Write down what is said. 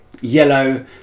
yellow